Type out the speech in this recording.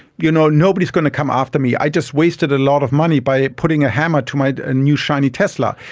you know nobody is going to come after me, i just wasted a lot of money by putting a hammer to my ah new shiny tesla.